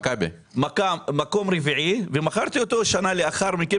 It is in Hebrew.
מקום רביעי ומכרתי אותו שנה לאחר מכן